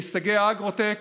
להישגי האגרוטק